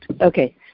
Okay